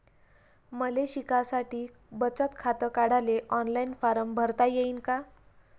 मले शिकासाठी बचत खात काढाले ऑनलाईन फारम भरता येईन का?